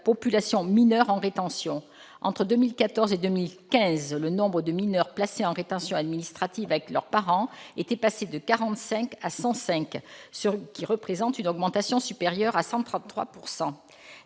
population mineure en rétention :« Entre 2014 et 2015, le nombre des mineurs placés en rétention administrative avec leurs parents était passé de 45 à 105, ce qui représente une augmentation supérieure à 133 %.